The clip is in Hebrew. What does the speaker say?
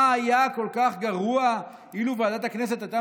מה היה כל כך גרוע אילו ועדת הכנסת הייתה